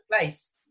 place